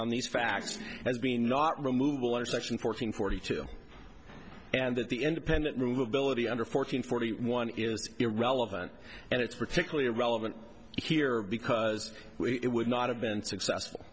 on these facts as being not removal under section fourteen forty two and that the independent room ability under fourteen forty one is irrelevant and it's particularly relevant here because it would not have been successful